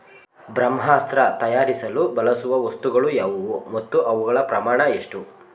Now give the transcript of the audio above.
ಬ್ರಹ್ಮಾಸ್ತ್ರ ತಯಾರಿಸಲು ಬಳಸುವ ವಸ್ತುಗಳು ಯಾವುವು ಮತ್ತು ಅವುಗಳ ಪ್ರಮಾಣ ಎಷ್ಟು?